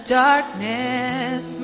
darkness